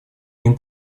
ним